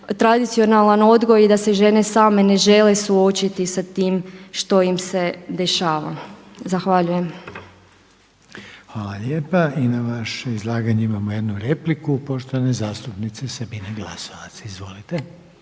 tradicionalan odgoj i da se žene same ne žele suočiti sa tim što im se dešava. Zahvaljujem. **Reiner, Željko (HDZ)** Hvala lijepa. I na vaše izlaganje imamo jednu repliku poštovane zastupnice Sabine Glasovac. Izvolite.